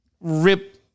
rip